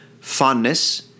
Fondness